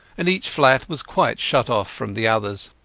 and each flat was quite shut off from the others.